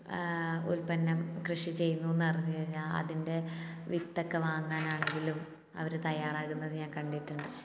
ഉൽപന്നം കൃഷി ചെയ്യുന്നു എന്ന് അറിഞ്ഞ് കഴിഞ്ഞാൽ അതിൻ്റെ വിത്തൊക്കെ വാങ്ങാനാണെങ്കിലും അവർ തയ്യാറാകുന്നത് ഞാൻ കണ്ടിട്ടുണ്ട്